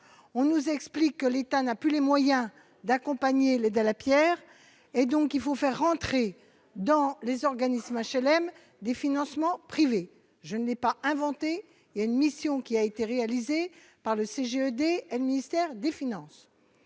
on nous explique que l'État n'a plus les moyens d'accompagner l'aide à la Pierre et donc il faut faire rentrer dans les organismes HLM des financements privés, je n'ai pas inventé il y a une mission qui a été réalisé par le CGEDD et le ministère des Finances,